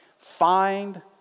Find